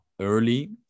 early